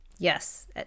Yes